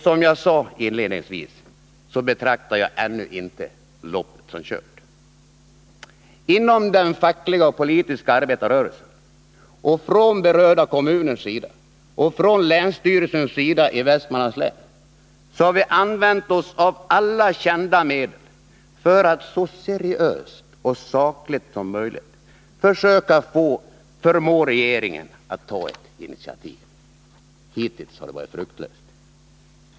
Som jag inledningsvis sade betraktar jag ännu inte loppet som kört. Inom den fackliga och politiska arbetarrörelsen, inom berörda kommuner och inom länsstyrelsen i Västmanlands län har vi använt oss av alla kända medel för att så seriöst och sakligt som möjligt få regeringen att ta initiativ. Hittills har det varit fruktlöst.